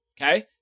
okay